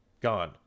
Gone